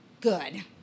good